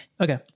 Okay